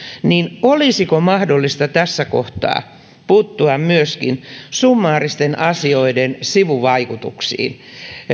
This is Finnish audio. niin olisiko mahdollista tässä kohtaa puuttua myöskin summaaristen asioiden sivuvaikutuksiin